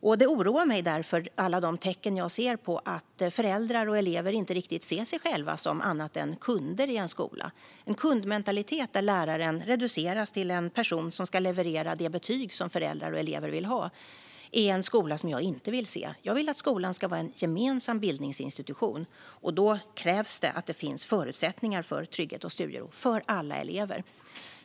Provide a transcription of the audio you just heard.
Därför oroar jag mig över alla de tecken jag ser på att föräldrar och elever inte riktigt ser sig som annat än kunder i en skola. Det finns en kundmentalitet där läraren reduceras till en person som ska leverera det betyg som föräldrar och elever vill ha. Det är en skola som jag inte vill se. Jag vill att skolan ska vara en gemensam bildningsinstitution. Då krävs att det finns förutsättningar för trygghet och studiero för alla elever.